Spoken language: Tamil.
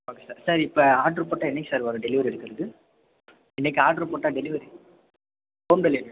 ஓகே சார் சார் இப்போ ஆர்ட்ரு போட்டால் என்னைக்கு சார் வரும் டெலிவரி எடுக்கிறது இன்னைக்கு ஆர்ட்ரு போட்டால் டெலிவரி ஹோம் டெலிவரியா